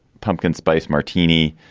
pumpkin spice martini,